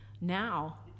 now